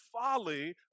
folly